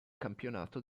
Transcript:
campionato